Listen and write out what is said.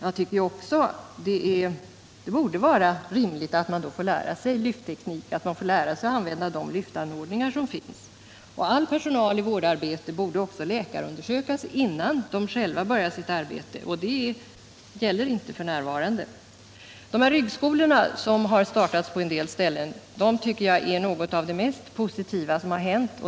Jag tycker också att det borde vara rimligt att man får lära sig lyftteknik och lära sig använda de lyftanordningar som finns. All personal i vårdarbete borde också läkarundersökas innan de själva börjar sitt arbete. Så är det inte f.n. Ryggskolorna som har startats på en del ställen är något av det mest positiva som har hänt.